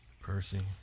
Percy